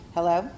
Hello